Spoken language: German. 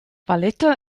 valletta